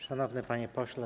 Szanowny Panie Pośle!